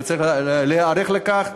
וצריך להיערך לכך,